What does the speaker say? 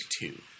two